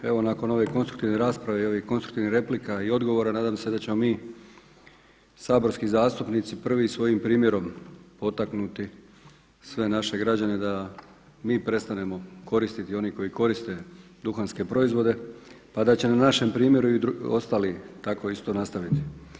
Evo nakon ove konstruktivne rasprave i ovih konstruktivnih replika i dogovora nadam se da ćemo mi saborski zastupnici prvi svojim primjerom potaknuti sve naše građane da mi prestanemo koristiti i oni koji koriste duhanske proizvode pa da će na našem primjeru i ostali tako isto nastaviti.